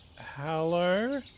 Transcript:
hello